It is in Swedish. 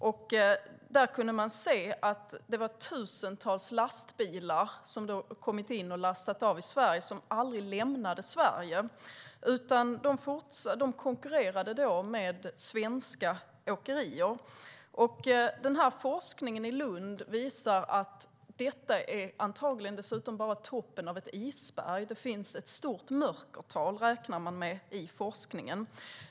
Man kunde se att tusentals lastbilar som kommit in i Sverige och lastat av aldrig lämnade Sverige utan konkurrerade med svenska åkerier. Forskningen i Lund visar att detta antagligen dessutom bara är toppen av ett isberg. Det finns ett stort mörkertal, räknar man med i forskningen.